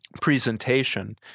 presentation